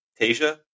Tasia